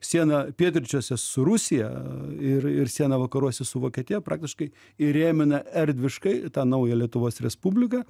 siena pietryčiuose su rusija ir ir siena vakaruose su vokietija praktiškai įrėmina erdviškai tą naują lietuvos respubliką